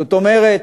זאת אומרת,